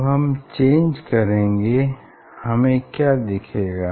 जब हम चेंज करेंगे हमें क्या दिखेगा